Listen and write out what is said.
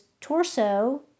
Torso